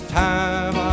time